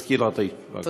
תשכיל אותי, בבקשה.